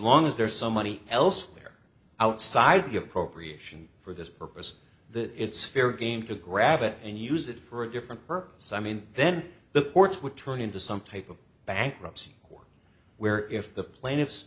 long as there is some money elsewhere outside the appropriation for this purpose the it's fair game to grab it and use it for a different purpose i mean then the courts would turn into some type of bankruptcy court where if the plaintiff